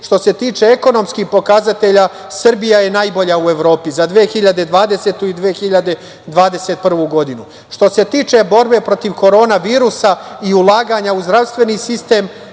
što se tiče ekonomskih pokazatelja, Srbija je najbolja u Evropi, za 2020. i 2021. godinu. Što se tiče borbe protiv korona virusa i ulaganja u zdravstveni sistem,